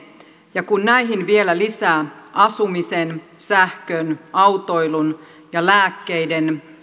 ja kun näihin vielä lisää asumisen sähkön autoilun ja lääkkeiden